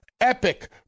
epic